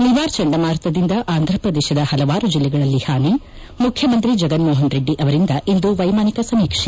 ನಿವಾರ್ ಚಂಡಮಾರುತದಿಂದ ಆಂಧ್ರಪ್ರದೇಶದ ಪಲವಾರು ಜಿಲ್ಲೆಗಳಲ್ಲಿ ಹಾನಿ ಮುಖ್ಯಮಂತ್ರಿ ಜಗನ್ ಮೋಹನ್ರೆಡ್ಡಿ ಅವರಿಂದ ಇಂದು ವ್ಯೆಮಾನಿಕ ಸಮೀಕ್ಷೆ